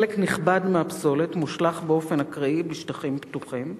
חלק נכבד מהפסולת מושלך באופן אקראי בשטחים פתוחים,